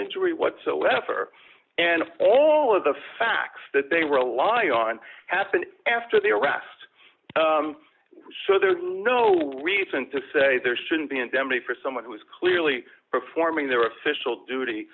injury whatsoever and all of the facts that they were law on happened after the arrest so there's no reason to say there shouldn't be indemnity for someone who is clearly performing their official duty